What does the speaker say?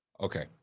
Okay